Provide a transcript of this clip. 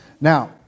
Now